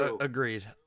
Agreed